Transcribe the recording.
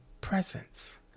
presence